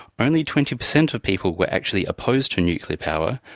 only twenty percent of people were actually opposed to nuclear power,